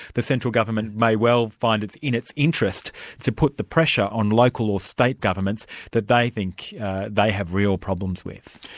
the central government may well find it's in its interests to put the pressure on local or state governments that they think they have real problems with.